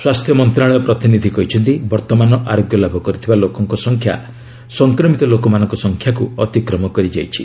ସ୍ୱାସ୍ଥ୍ୟ ମନ୍ତ୍ରଣାଳୟ ପ୍ରତିନିଧି କହିଛନ୍ତି ବର୍ତ୍ତମାନ ଆରୋଗ୍ୟ ଲାଭ କରିଥିବା ଲୋକଙ୍କ ସଂଖ୍ୟା ସଂକ୍ରମିତ ଲୋକମାନଙ୍କ ସଂଖ୍ୟାକ୍ ଅତିକ୍ରମ କରିଯାଇଛି